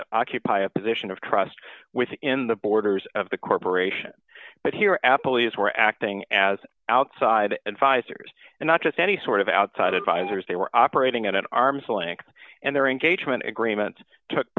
that occupy a position of trust within the borders of the corporation but here at police were acting as outside and visors and not just any sort of outside advisors they were operating at an arm's length and their engagement agreement took